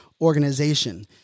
organization